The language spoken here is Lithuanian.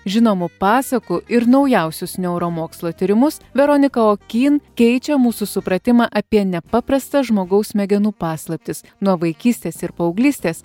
žinomų pasakų ir naujausius neuromokslų tyrimus veronika okyn keičia mūsų supratimą apie nepaprastas žmogaus smegenų paslaptis nuo vaikystės ir paauglystės